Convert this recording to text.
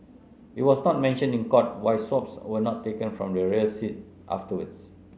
it was not mentioned in court why swabs were not taken from the rear seat afterwards